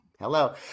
hello